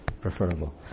preferable